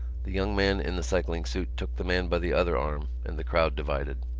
the young man in the cycling-suit took the man by the other arm and the crowd divided.